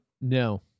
No